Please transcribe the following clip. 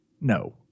No